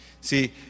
See